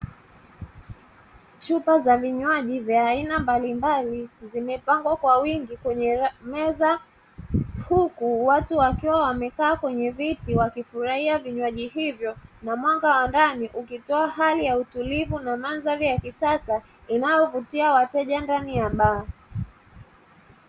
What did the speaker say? Chupa za vinywaji vya aina mbalimbali vimepangwa kwa wingi kwenye meza huku watu wakiwa wamekaa kwenye viti wakifurahia vinywaji hivyo na mwanga wa ndani ukitoa hali ya utulivu na mandhari ya kisasa inayovutia wateja ndani ya baa.